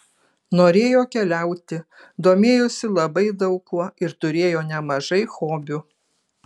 norėjo keliauti domėjosi labai daug kuo ir turėjo nemažai hobių